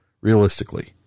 realistically